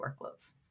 workloads